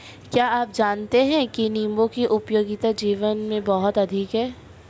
क्या आप जानते है नीबू की उपयोगिता जीवन में बहुत अधिक है